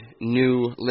new